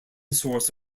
source